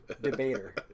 debater